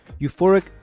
euphoric